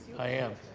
i am?